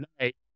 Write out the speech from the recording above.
night